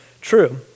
true